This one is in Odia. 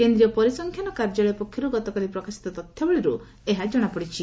କେନ୍ଦ୍ରୀୟ ପରିସଂଖ୍ୟାନ କାର୍ଯ୍ୟାଳୟ ପକ୍ଷରୁ ଗତକାଲି ପ୍ରକାଶିତ ତଥ୍ୟାବଳୀରୁ ଏହା ଜଣାପଡ଼ି ଛି